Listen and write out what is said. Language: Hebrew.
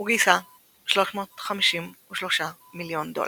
וגייסה 353 מיליון דולר.